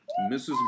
Mrs